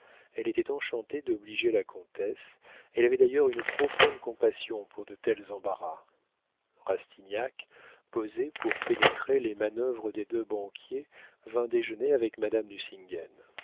elle était enchantée d'obliger la comtesse elle avait d'ailleurs une profonde compassion pour de tels embarras rastignac posé pour pénétrer les manœuvres des deux banquiers vint déjeuner avec madame de